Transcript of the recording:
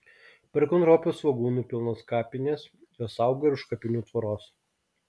perkūnropių svogūnų pilnos kapinės jos auga ir už kapinių tvoros